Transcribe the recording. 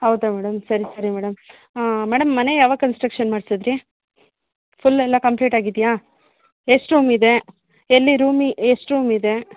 ಹೌದಾ ಮೇಡಮ್ ಸರಿ ಸರಿ ಮೇಡಮ್ ಮೇಡಮ್ ಮನೆ ಯಾವಾಗ ಕನ್ಸ್ಟ್ರಕ್ಷನ್ ಮಾಡಿಸಿದ್ರಿ ಫುಲ್ ಎಲ್ಲ ಕಂಪ್ಲೀಟ್ ಆಗಿದೆಯಾ ಎಷ್ಟು ರೂಮ್ ಇದೆ ಎಲ್ಲಿ ರೂಮಿ ಎಷ್ಟು ರೂಮ್ ಇದೆ